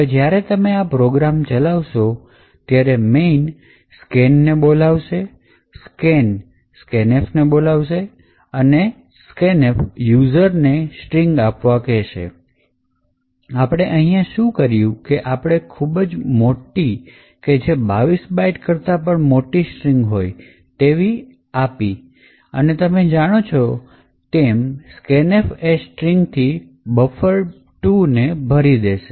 હવે જ્યારે તમે આ પ્રોગ્રામ ચલાવશો ત્યારે main scanને બોલાવશે scan scanf ને બોલાવશે અને તે યુઝરને સ્ટ્રીંગ આપવા રહેશે આપણે અહીંયા શું કર્યું કે આપણે ખૂબ જ મોટી કે જે 22 bite કરતાં પણ મોટી સ્ટ્રીંગ આપી અને તમે જાણો છો તેમ scanf એ સ્ટ્રીંગ થી બફર ૨ ભરી દેશે